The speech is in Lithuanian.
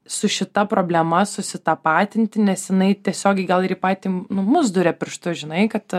su šita problema susitapatinti nes jinai tiesiogiai gal į patį nu mus duria pirštu žinai kad